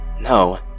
No